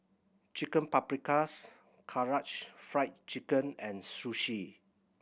Chicken Paprikas Karaage Fried Chicken and Sushi